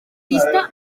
pista